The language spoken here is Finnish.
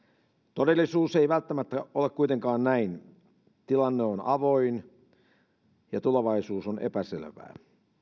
todellisuus ei välttämättä ole kuitenkaan näin tilanne on avoin ja tulevaisuus on epäselvää